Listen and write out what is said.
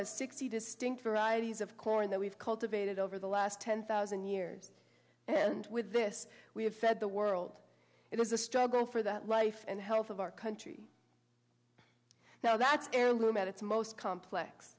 has sixty distinct varieties of corn that we've cultivated over the last ten thousand years and with this we have fed the world it was a struggle for the life and health of our country now that's heirloom at its most complex